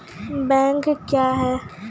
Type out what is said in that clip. Bank क्या हैं?